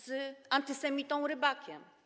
z antysemitą Rybakiem.